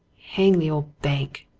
hang the old bank!